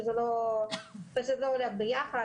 שזה פשוט לא הולך ביחד.